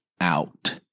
out